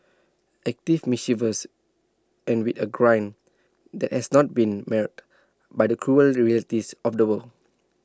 active mischievous and with A grin that has not been marred by the cruel realities of the world